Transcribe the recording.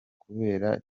kubera